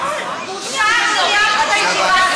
בושה איך שניהלת את הישיבה,